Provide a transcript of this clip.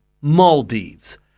Maldives